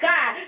God